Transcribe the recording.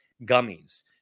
gummies